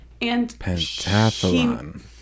pentathlon